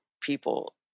people